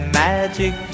magic